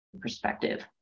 perspective